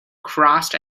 crossed